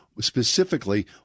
specifically